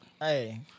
Hey